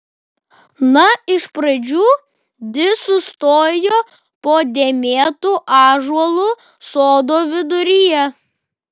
na iš pradžių di sustojo po dėmėtu ąžuolu sodo viduryje